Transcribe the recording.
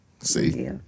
See